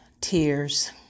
Tears